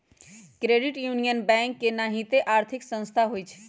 credit union bank के नाहिते आर्थिक संस्था होइ छइ